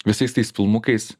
visais tais filmukais